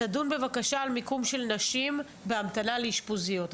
תדון בבקשה על מיקום של נשים והמתנה לאשפוזיות.